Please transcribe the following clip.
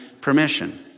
permission